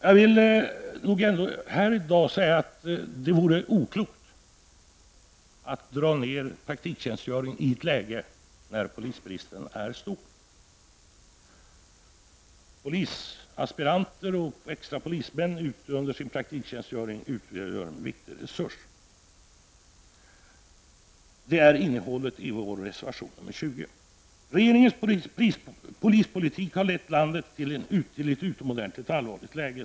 Jag vill här i dag säga att det vore oklokt att minska praktiktjänstgöringen i ett läge där polisbristen är stor. Polisaspiranter och extra polismän utgör under sin praktiktjänstgöring en viktig resurs. Detta är innehållet i vår reservation nr 20. Regeringens polispolitik har, som jag inledningsvis antydde, lett landet fram till ett utomordentligt allvarligt läge.